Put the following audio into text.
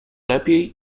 lepiej